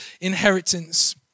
inheritance